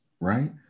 right